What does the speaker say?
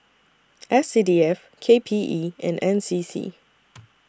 S C D F K P E and N C C